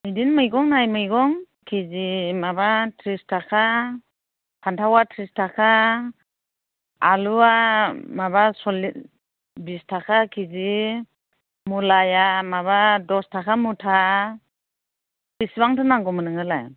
बेदिनो मैगं नाय मैगं केजि माबा त्रिस थाखा फान्थावा त्रिस थाखा आलुआ माबा सल्लिस बिस थाखा किजि मुलाया माबा दस थाखा मुथा बिसिबांथो नांगौमोन नोंनोलाय